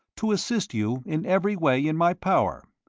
to assist you in every way in my power.